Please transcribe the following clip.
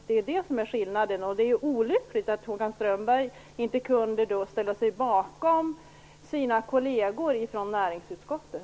Det är skillnaden, och det är olyckligt att Håkan Strömberg inte kunde ställa sig bakom sina kolleger i näringsutskottet.